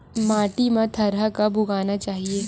माटी मा थरहा कब उगाना चाहिए?